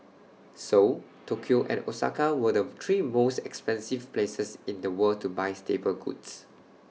Seoul Tokyo and Osaka were the three most expensive places in the world to buy staple goods